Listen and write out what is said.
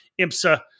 IMSA